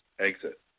exit